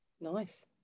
nice